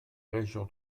régions